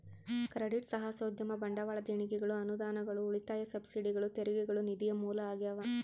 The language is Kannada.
ಕ್ರೆಡಿಟ್ ಸಾಹಸೋದ್ಯಮ ಬಂಡವಾಳ ದೇಣಿಗೆಗಳು ಅನುದಾನಗಳು ಉಳಿತಾಯ ಸಬ್ಸಿಡಿಗಳು ತೆರಿಗೆಗಳು ನಿಧಿಯ ಮೂಲ ಆಗ್ಯಾವ